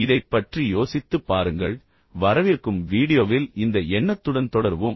இதைப் பற்றி யோசித்துப் பாருங்கள் வரவிருக்கும் வீடியோவில் இந்த எண்ணத்துடன் தொடருவோம்